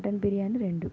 mutton biryani రెండు